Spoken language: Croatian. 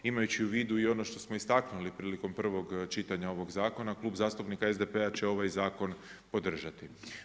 Imajući u vidu i ono što smo istaknuli prilikom prvog čitanja ovog zakona Klub zastupnika SDP-a će ovaj zakon podržati.